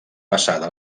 passada